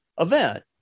event